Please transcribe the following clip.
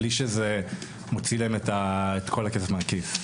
בלי שזה מוציא להם את כל הכסף מהכיס.